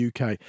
UK